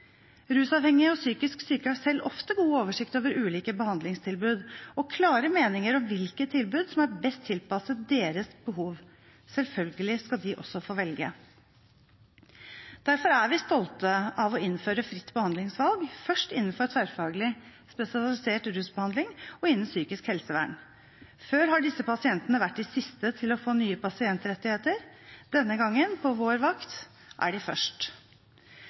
Rusavhengige og psykisk syke har selv ofte god oversikt over ulike behandlingstilbud og klare meninger om hvilke tilbud som er best tilpasset deres behov. Selvfølgelig skal de også få velge. Derfor er vi stolte over å innføre fritt behandlingsvalg – først innenfor tverrfaglig, spesialisert rusbehandling og innen psykisk helsevern. Før har disse pasientene vært de siste til å få nye pasientrettigheter. Denne gangen, på vår vakt, er de først.